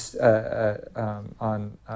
on